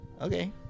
Okay